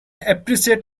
appreciate